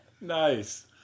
nice